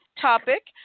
topic